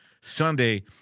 Sunday